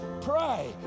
pray